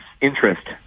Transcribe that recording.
interest